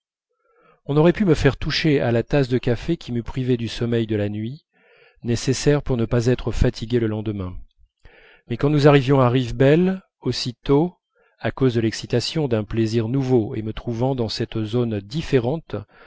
on n'aurait pu me faire toucher à la tasse de café qui m'eût privé du sommeil de la nuit nécessaire pour ne pas être fatigué le lendemain mais quand nous arrivions à rivebelle aussitôt à cause de l'excitation d'un plaisir nouveau et me trouvant dans cette zone différente